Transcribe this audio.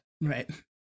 Right